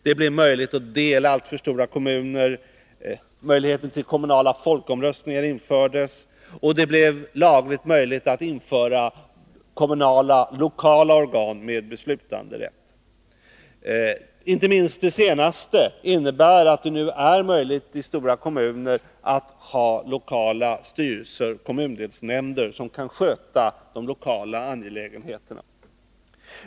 Det blev möjligt att dela alltför stora kommuner, möjligheten till kommunala folkomröstningar infördes, och det blev lagligt möjligt att införa kommunala lokala organ med beslutanderätt. Inte minst det senaste innebär att det nu är möjligt i stora kommuner att ha lokala styrelser, kommundelsnämnder, som kan sköta de lokala angelägenheterna.